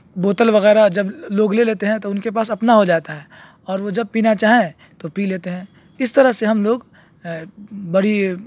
بوتل وغیرہ جب لوگ لے لیتے ہیں تو ان کے پاس اپنا ہو جاتا ہے اور وہ جب پینا چاہیں تو پی لیتے ہیں اس طرح سے ہم لوگ بڑی